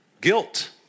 guilt